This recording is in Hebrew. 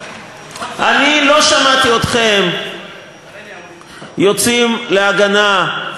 אני לא שמעתי אתכם יוצאים להגנה,